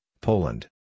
Poland